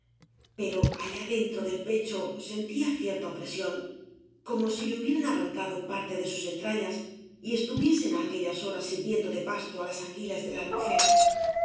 pero allá dentro del pecho sentía cierta opresión como si le hubieran arrancado parte de sus entrañas y estuviesen á aquellas horas sirviendo de pasto á las anguilas de la albufera